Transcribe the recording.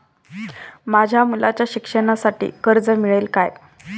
माझ्या मुलाच्या शिक्षणासाठी कर्ज मिळेल काय?